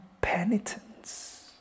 penitence